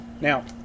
now